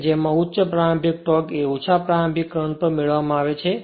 કે જેમાં ઉચ્ચ પ્રારંભિક ટોર્ક એ ઓછા પ્રારંભિક કરંટ પર મેળવવામાં આવે છે